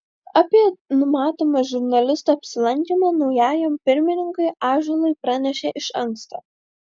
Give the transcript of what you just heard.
apie numatomą žurnalisto apsilankymą naujajam pirmininkui ąžuolui pranešė iš anksto